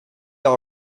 all